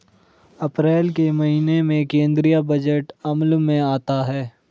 अप्रैल के महीने में केंद्रीय बजट अमल में आता है